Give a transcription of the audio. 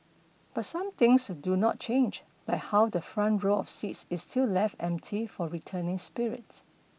but some things do not change like how the front row of seats is still left empty for returning spirits